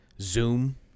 zoom